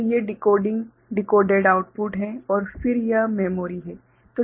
तो ये decoding decoded output हैं और फिर यह मेमोरी है